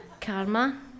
Karma